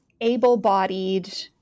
able-bodied